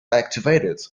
activated